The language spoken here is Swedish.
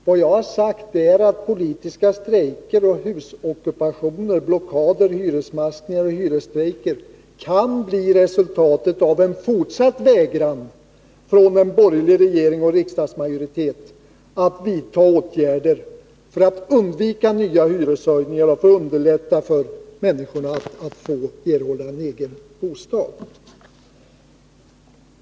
Vad jag har sagt är att politiska strejker, husockupationer, blockader, hyresmaskningar och hyresstrejker kan bli resultatet av en fortsatt vägran från en borgerlig regering och riksdagsmajoritet att vidta åtgärder för att undvika nya hyreshöjningar och underlätta för människorna att få en egen bostad.